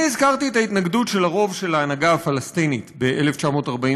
אני הזכרתי את ההתנגדות של הרוב של ההנהגה הפלסטינית ב-1947,